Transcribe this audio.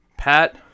Pat